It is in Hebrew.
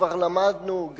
כבר למדנו,